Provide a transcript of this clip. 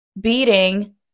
beating